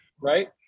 right